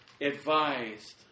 advised